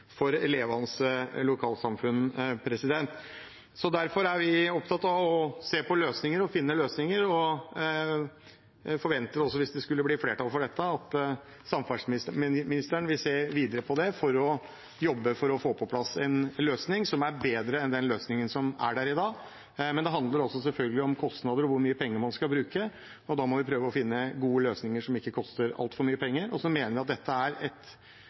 for levende lokalsamfunn. Derfor er vi opptatt av å finne løsninger, og hvis det skulle bli flertall for dette, forventer vi også at samferdselsministeren vil se videre på det for å jobbe for å få på plass en løsning som er bedre enn den løsningen som er der i dag. Det handler selvfølgelig også om kostnader, hvor mye penger man skal bruke, og da må vi prøve å finne gode løsninger som ikke koster altfor mye penger. Jeg mener at dette er